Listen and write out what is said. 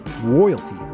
royalty